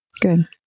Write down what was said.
Good